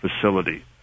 facility